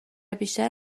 بیشتر